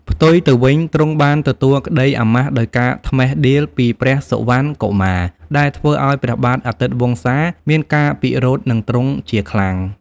ផ្ទុយទៅវិញទ្រង់បានទទួលក្តីអាម៉ាសដោយការត្មិះដៀលពីព្រះសុវណ្ណកុមារ ដែលធ្វើឱ្យព្រះបាទអាទិត្យវង្សាមានការពិរោធនឹងទ្រង់ជាខ្លាំង។